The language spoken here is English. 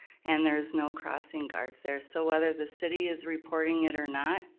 and there's no crossing guards there. so whether the city is reporting it or not,